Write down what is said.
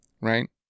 right